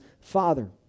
Father